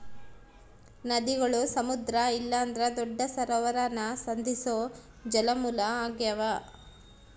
ನದಿಗುಳು ಸಮುದ್ರ ಇಲ್ಲಂದ್ರ ದೊಡ್ಡ ಸರೋವರಾನ ಸಂಧಿಸೋ ಜಲಮೂಲ ಆಗ್ಯಾವ